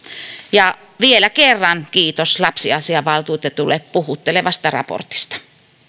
ja kuntatasollakin vielä kerran kiitos lapsiasiainvaltuutetulle puhuttelevasta raportista